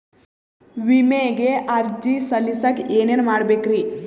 ವಿಮೆಗೆ ಅರ್ಜಿ ಸಲ್ಲಿಸಕ ಏನೇನ್ ಮಾಡ್ಬೇಕ್ರಿ?